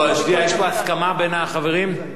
יש פה הסכמה בין החברים?